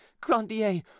grandier